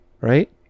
right